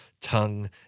tongue